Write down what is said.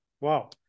wow